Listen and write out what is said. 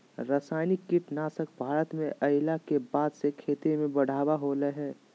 रासायनिक कीटनासक भारत में अइला के बाद से खेती में बढ़ावा होलय हें